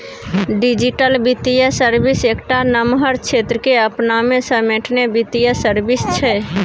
digital बित्तीय service एकटा नमहर क्षेत्र केँ अपना मे समेटने बित्तीय सर्विस छै